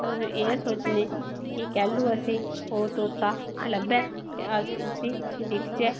अस एह् सोचने कि किसले असेंगी ओह् तोता लब्भे ते अस उसी दिक्खचे